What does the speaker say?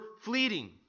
fleeting